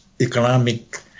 economic